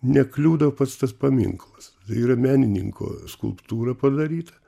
nekliudo pats tas paminklas tai yra menininko skulptūra padaryta